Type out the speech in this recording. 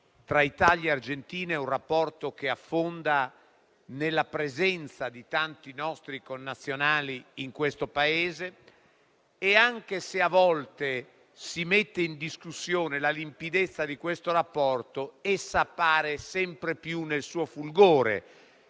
tra Italia e Argentina affonda le sue radici nella presenza di tanti nostri connazionali in quel Paese e, anche se a volte si mette in discussione la limpidezza di questo rapporto, essa appare sempre più nel suo fulgore.